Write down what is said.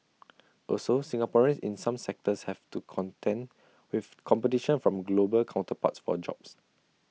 also Singaporeans in some sectors have to contend with competition from global counterparts for jobs